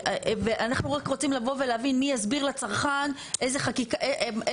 אנחנו רק רוצים לבוא ולהבין מי יסביר לצרכן איזה מוצר,